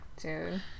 Dude